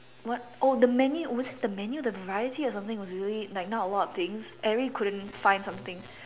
what oh the menu was it the menu the variety or something wasn't a lot of things I really couldn't find something